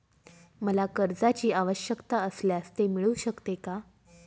मला कर्जांची आवश्यकता असल्यास ते मिळू शकते का?